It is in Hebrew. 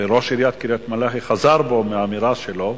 וראש עיריית קריית-מלאכי חזר בו מהאמירה שלו.